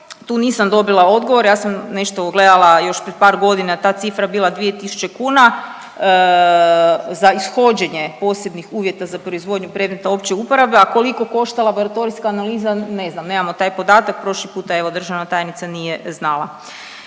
tu nisam dobila odgovor, ja sam nešto gledala još prije par godina, ta cifra bila 2000 kuna za ishođenje posebnih uvjeta za proizvodnju predmeta opće uporabe, a koliko košta laboratorijska analiza ne znam, nemamo taj podatak, prošli puta, evo, državna tajnica nije znala.